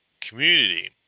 community